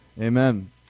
Amen